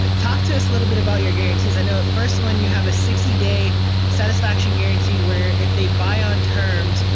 and talk to us a little bit about your guarantees. i know the first one you have is sixty day satisfaction guarantee where, if they buy on terms,